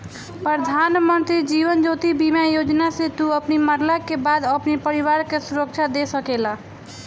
प्रधानमंत्री जीवन ज्योति बीमा योजना से तू अपनी मरला के बाद अपनी परिवार के सुरक्षा दे सकेला